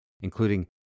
Including